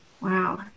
Wow